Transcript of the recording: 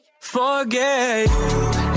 Forget